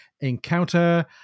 encounter